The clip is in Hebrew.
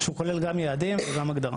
שהוא כולל גם יעדים וגם הגדרה.